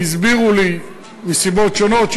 והסבירו לי שהם לא יעמדו בזה מסיבות שונות,